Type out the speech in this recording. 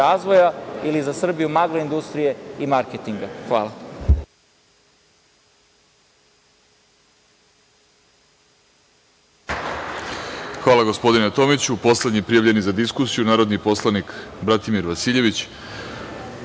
ili za Srbiju magla - industrije i marketinga. Hvala. **Vladimir Orlić** Hvala, gospodine Tomiću. Poslednji prijavljeni za diskusiju, narodni poslanik Bratimir Vasiljević.